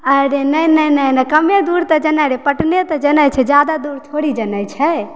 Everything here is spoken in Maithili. अरे नहि नहि नहि नहि कमे दूर तऽ जेनाइ रहय पटने तऽ जेनाइ छै जादा दूर थोड़े ही जेनाइ छै